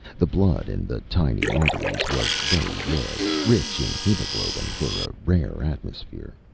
the blood in the tiny arteries was very red rich in hemoglobin, for a rare atmosphere.